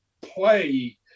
play